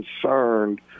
concerned